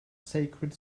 sacred